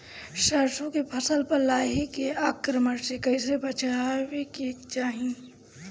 सरसो के फसल पर लाही के आक्रमण से कईसे बचावे के चाही?